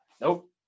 Nope